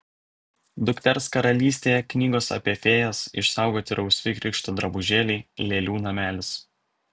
dukters karalystėje knygos apie fėjas išsaugoti rausvi krikšto drabužėliai lėlių namelis